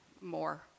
more